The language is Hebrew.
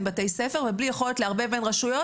בתי ספר ובלי יכולת לערבב בין רשויות,